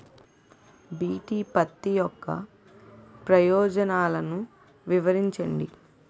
BT పత్తి యొక్క ప్రయోజనాలను వివరించండి?